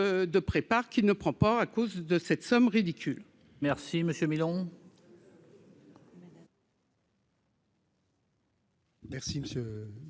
de 2 prépare qui ne prend pas à cause de cette somme ridicule